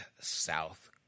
south